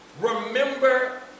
Remember